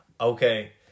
Okay